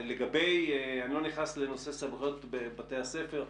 אני לא נכנס לנושא סמכויות בתי הספר,